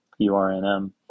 URNM